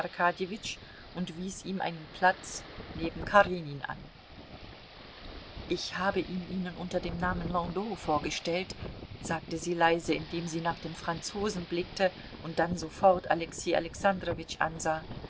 und wies ihm einen platz neben karenin an ich habe ihn ihnen unter dem namen landau vorgestellt sagte sie leise indem sie nach dem franzosen blickte und dann sofort alexei alexandrowitsch ansah